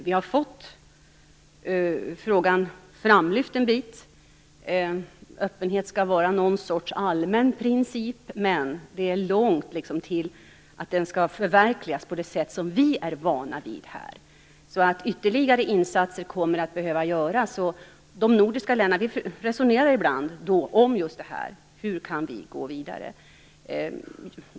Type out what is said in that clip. Vi har fått den framlyft en bit; öppenhet skall vara någon sorts allmän princip, men det är långt till att den förverkligas på det sätt som vi är vana vid här. Ytterligare insatser kommer att behöva göras. Vi i de nordiska länderna resonerar ibland just om hur vi kan gå vidare.